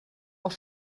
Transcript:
auch